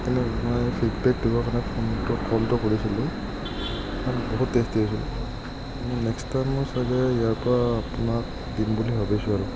সেইকাৰণে মই ফিডবেকটো দিবৰ কাৰণে ফোনটো কলটো কৰিছিলোঁ কাৰণ বহুত টেষ্টি আছিল নেক্সট টাইম মই চাগে ইয়াৰ পৰা আপোনাৰ দিম বুলি ভাবিছোঁ আৰু